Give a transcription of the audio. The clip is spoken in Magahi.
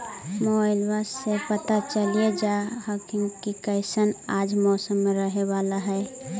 मोबाईलबा से पता चलिये जा हखिन की कैसन आज मौसम रहे बाला है?